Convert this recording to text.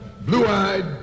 blue-eyed